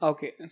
Okay